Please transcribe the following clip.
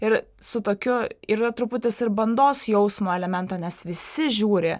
ir su tokiu yra truputis ir bandos jausmo elemento nes visi žiūri